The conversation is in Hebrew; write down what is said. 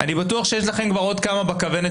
אני בטוח שיש לכם כבר עוד כמה בכוונת,